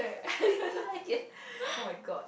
I don't like it oh-my-god